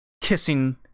kissing